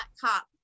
cop